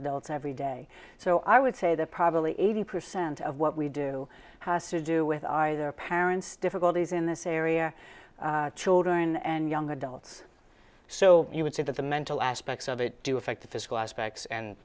adults every day so i would say that probably eighty percent of what we do has to do with either our parents difficulties in this area children and young adults so you would say that the mental aspects of it do affect the physical aspects and